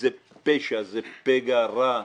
זה פשע, זה פגע רע.